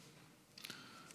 1 אושר.